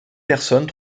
personnes